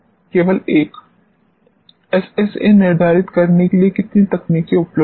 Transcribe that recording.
केवल 1 एसएसए निर्धारित करने के लिए कितनी तकनीकें उपलब्ध हैं